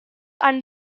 and